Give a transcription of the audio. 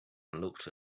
looked